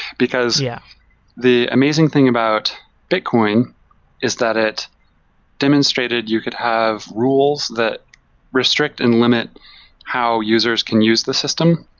because yeah the amazing thing about bitcoin is that it demonstrated you could have rules that restrict and limit how users can use the system,